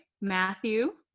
Matthew